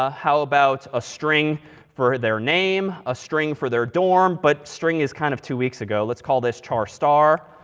ah how about a string for their name, a string for their dorm but string is kind of two weeks ago. lets call this char star.